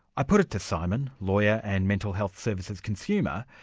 i put it to simon, lawyer and mental health services consumer,